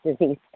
disease